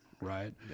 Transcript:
right